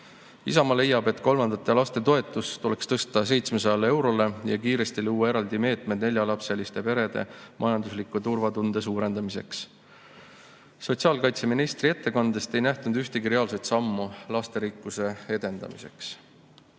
Isamaa leiab, et kolmanda lapse toetus tuleks tõsta 700 eurole ja kiiresti luua eraldi meetmed neljalapseliste perede majandusliku turvatunde suurendamiseks. Sotsiaalkaitseministri ettekandest ei nähtunud ühtegi reaalset sammu lasterikkuse edendamiseks.